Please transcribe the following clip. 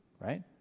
right